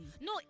No